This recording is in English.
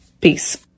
Peace